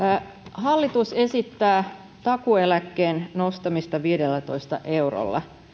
hallitus esittää takuueläkkeen nostamista viidellätoista eurolla